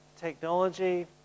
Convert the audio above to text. technology